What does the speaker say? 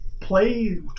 play